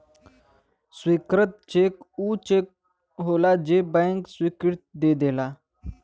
स्वीकृत चेक ऊ चेक होलाजे के बैंक स्वीकृति दे देला